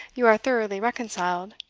you are thoroughly reconciled